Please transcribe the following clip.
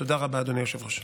תודה רבה, אדוני היושב-ראש.